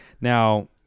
Now